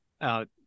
out